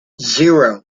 zero